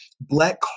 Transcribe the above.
Black